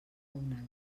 una